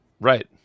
Right